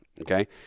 okay